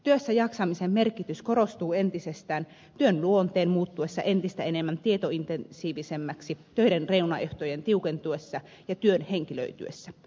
työssä jaksamisen merkitys korostuu entisestään työn luonteen muuttuessa entistä enemmän tietointensiivisemmäksi töiden reunaehtojen tiukentuessa ja työn henkilöityessä